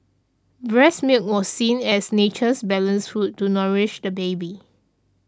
breast milk was seen as nature's balanced food to nourish the baby